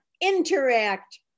interact